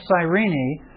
Cyrene